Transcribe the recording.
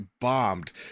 bombed